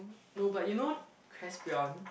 no but you know